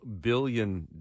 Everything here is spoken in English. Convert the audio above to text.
billion